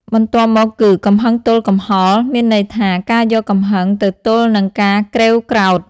បន្ទាប់មកគឺ កំហឹងទល់កំហល់ មានន័យថា ការយកកំហឹងទៅទល់នឹងការក្រេវក្រោធ ។